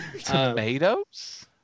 tomatoes